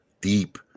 Deep